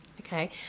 Okay